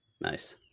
Nice